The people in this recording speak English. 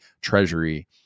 Treasury